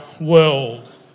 world